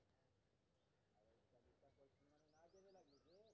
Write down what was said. नगदी जमा में कोन सा पर्ची भरे परतें?